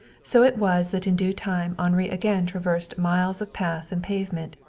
so it was that in due time henri again traversed miles of path and pavement,